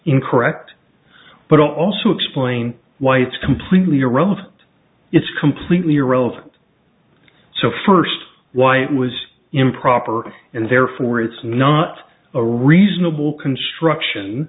incorrect but also explain why it's completely irrelevant it's completely irrelevant so first why it was improper and therefore it's not a reasonable construction